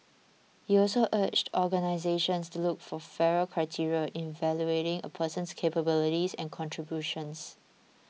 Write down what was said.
he also urged organisations to look for fairer criteria in evaluating a person's capabilities and contributions